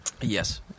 Yes